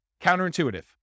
Counterintuitive